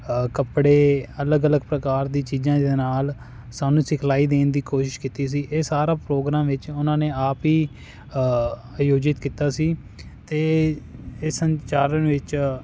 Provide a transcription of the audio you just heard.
ਕੱਪੜੇ ਅਲੱਗ ਅਲੱਗ ਪ੍ਰਕਾਰ ਦੀ ਚੀਜ਼ਾਂ ਦੇ ਨਾਲ ਸਾਨੂੰ ਸਿਖਲਾਈ ਦੇਣ ਦੀ ਕੋਸ਼ਿਸ਼ ਕੀਤੀ ਸੀ ਇਹ ਸਾਰਾ ਪ੍ਰੋਗਰਾਮ ਵਿੱਚ ਉਨ੍ਹਾਂ ਨੇ ਆਪ ਹੀ ਆਯੋਜਿਤ ਕੀਤਾ ਸੀ ਅਤੇ ਇਹ ਸੰਚਾਰਣ ਵਿੱਚ